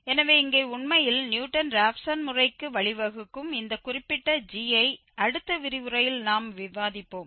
எனவே இங்கே உண்மையில் நியூட்டன் ராப்சன் முறைக்கு வழிவகுக்கும் இந்த குறிப்பிட்ட gஐ அடுத்த விரிவுரையில் நாம் விவாதிப்போம்